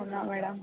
అవునా మేడం